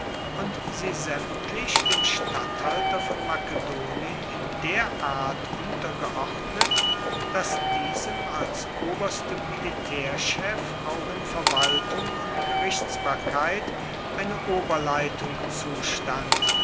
und sie sämtlich dem statthalter von makedonien in der art untergeordnet daß diesem als oberstem militärchef auch in verwaltung und gerichtsbarkeit eine oberleitung zustand